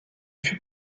fut